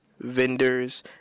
vendors